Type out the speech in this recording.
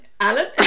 alan